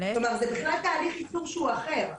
כלומר, זה בכלל תהליך ייצור אחר.